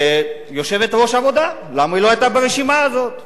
יושבת-ראש העבודה, למה היא לא היתה ברשימה הזאת?